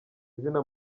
izina